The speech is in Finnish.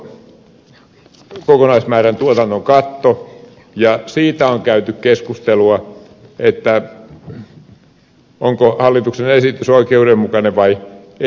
tuulivoimalle on asetettu kokonaiskiintiö ja siitä on käyty keskustelua onko hallituksen esitys oikeudenmukainen vai ei